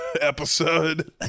episode